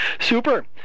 Super